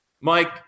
Mike